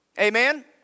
Amen